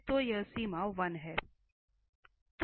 तो यह सीमा 1 है